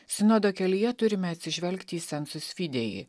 sinodo kelyje turime atsižvelgti į sensus fidėji